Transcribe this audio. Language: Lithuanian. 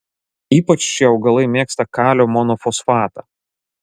ypač šie augalai mėgsta kalio monofosfatą